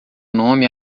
nome